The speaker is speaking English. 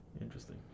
Interesting